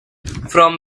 from